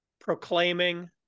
proclaiming